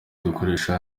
dukoresha